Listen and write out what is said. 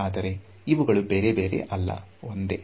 ಆದರೆ ಇವುಗಳು ಬೇರೆ ಬೇರೆ ಅಲ್ಲ ಒಂದೇ